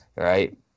Right